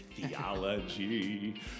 theology